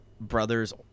brother's